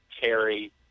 Terry